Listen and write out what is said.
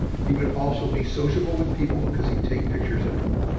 he would also be sociable with people because he'd take pictures of them,